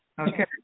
Okay